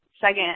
second